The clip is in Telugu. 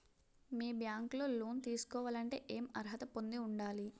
మీ బ్యాంక్ లో లోన్ తీసుకోవాలంటే ఎం అర్హత పొంది ఉండాలి?